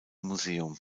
museum